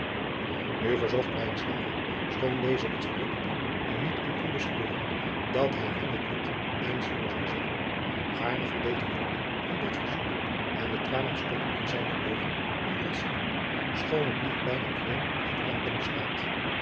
nu verzocht lijnslager schoon deze het verrukkende er niet in kon bespeuren dat hij hem het lied eens voor zou zingen gaarne voldeed de jongeling aan dat verzoek en de tranen stonden in zijne oogen onder het zingen schoon het lied bijna alleen uit klanken bestaat